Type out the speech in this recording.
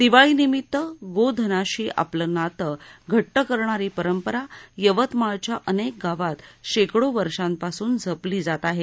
दिवाळी निमित्त गोधनाशी आपलं नातं घट्ट करणारी परंपरा यवतमाळ च्या अनेक गावात शेकडो वर्षांपासून जपली जात आहे